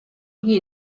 იგი